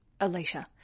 Alicia